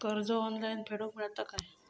कर्ज ऑनलाइन फेडूक मेलता काय?